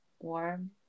warm